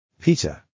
Peter